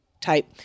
type